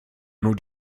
nur